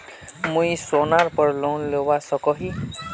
मुई सोनार पोर लोन लुबा सकोहो ही?